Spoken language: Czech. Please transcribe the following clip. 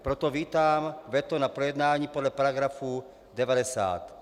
Proto vítám veto na projednání podle § 90.